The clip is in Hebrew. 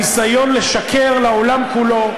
הניסיון לשקר לעולם כולו,